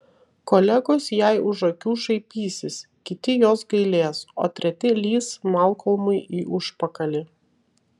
kolegos jai už akių šaipysis kiti jos gailės o treti lįs malkolmui į užpakalį